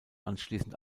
anschließend